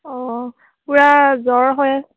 অ পুৰা জ্বৰ হৈ আছে